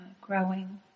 growing